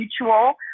mutual